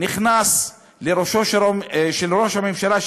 נכנס לראשו של ראש הממשלה,